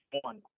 one